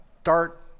start